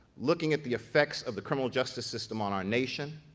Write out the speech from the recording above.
looking at the effects of the criminal justice system on our nation,